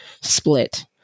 split